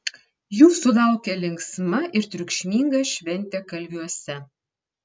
jūsų laukia linksma ir triukšminga šventė kalviuose